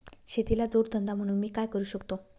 शेतीला जोड धंदा म्हणून मी काय करु शकतो?